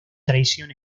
tradición